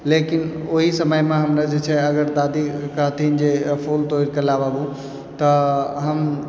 लेकिन ओही समयमे हमरा जे छै अगर दादी कहथिन जे फूल तोड़िके ला बाबु तऽ हम